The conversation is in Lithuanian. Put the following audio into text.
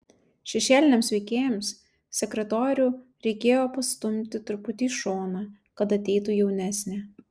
šešėliniams veikėjams sekretorių reikėjo pastumti truputį į šoną kad ateitų jaunesnė